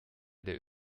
der